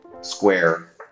square